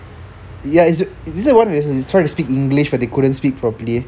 ya is it the one where they try to speak english but they couldn't speak properly